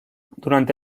durante